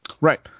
Right